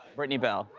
brittany bell.